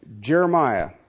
Jeremiah